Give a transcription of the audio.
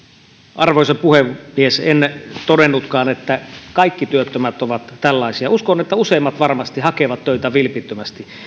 arvoisa puhemies en todennutkaan että kaikki työttömät ovat tällaisia uskon että useimmat varmasti hakevat töitä vilpittömästi